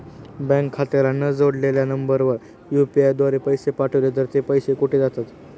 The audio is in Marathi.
बँक खात्याला न जोडलेल्या नंबरवर यु.पी.आय द्वारे पैसे पाठवले तर ते पैसे कुठे जातात?